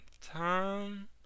time